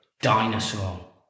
Dinosaur